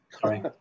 sorry